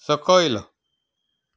सकयल